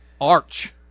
Arch